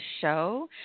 show